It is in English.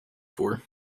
for